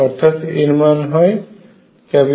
অর্থাৎ এর মান হয় N